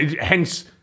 Hence